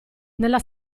nella